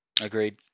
Agreed